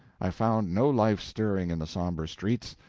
i found no life stirring in the somber streets.